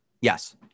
Yes